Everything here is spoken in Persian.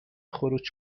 خروج